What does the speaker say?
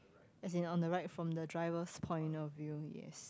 as in on the right from the driver's point of view yes